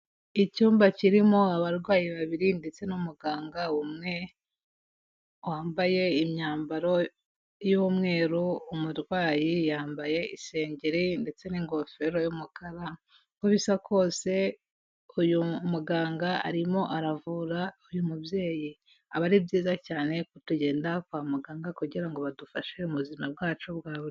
icyumba kirimo abarwayi babiri ndetse n'umuganga umwe, wambaye imyambaro y'umweru, umurwayi yambaye isengeri ndetse n'ingofero y'umukara, uko bisa kose uyu muganga arimo aravura uyu mubyeyi. Aba ari byiza cyane ko tugenda kwa muganga kugira ngo badufashe mu buzima bwacu bwa buri munsi.